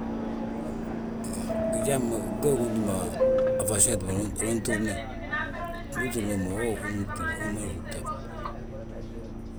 Gijaab ma gee gi untúm a fwaset ma, unan túrne, ndu utúrne mo wee wi umada húbtile.